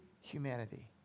humanity